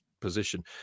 position